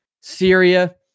Syria